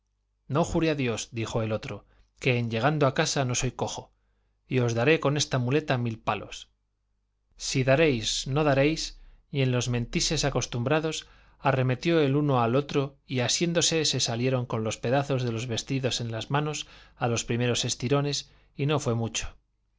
no jure a dios dijo el otro que en llegando a casa no soy cojo y os daré con esta muleta mil palos si daréis no daréis y en los mentises acostumbrados arremetió el uno al otro y asiéndose se salieron con los pedazos de los vestidos en las manos a los primeros estirones y no fue mucho